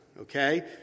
okay